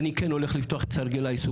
אני כן הולך לפתוח את --- העיסוקים,